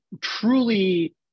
truly